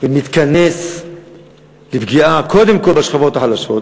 ומתכנס לפגיעה קודם כול בשכבות החלשות.